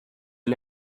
and